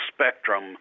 spectrum